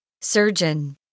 Surgeon